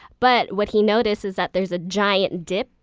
but what he noticed is that there's a giant dip,